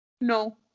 No